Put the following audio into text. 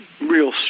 real